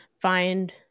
find